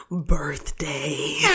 birthday